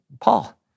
Paul